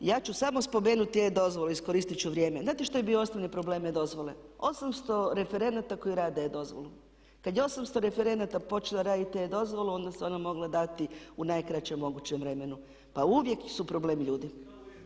Ja ću samo spomenuti E-dozvolu, iskoristit ću vrijeme, znate što je bio osnovni problem E- dozvole, 800 referenata koji rade dozvolu, kad je 800 referenata počelo raditi e-dozvolu onda se ona mogla dati u najkraćem mogućem vremenu, pa uvijek su problem ljudi.